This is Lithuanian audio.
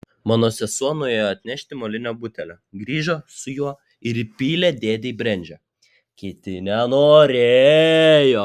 mano sesuo nuėjo atnešti molinio butelio grįžo su juo ir įpylė dėdei brendžio kiti nenorėjo